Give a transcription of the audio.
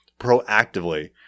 proactively